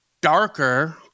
darker